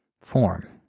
form